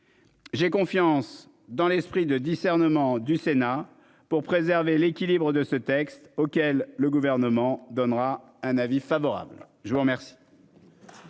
J'ai confiance dans l'esprit de discernement du Sénat pour préserver l'équilibre de ce texte auquel le gouvernement donnera un avis favorable. Je vous remercie.